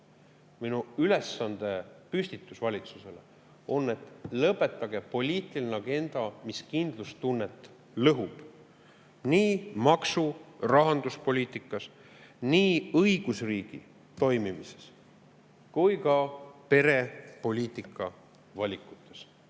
Minu ülesandepüstitus valitsusele on, et lõpetage poliitiline agenda, mis kindlustunnet lõhub, nii maksu- ja rahanduspoliitikas, nii õigusriigi toimimises kui ka perepoliitika valikutes.